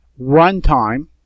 runtime